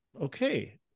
Okay